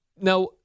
Now